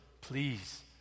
please